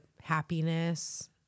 happiness